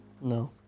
No